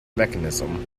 mechanism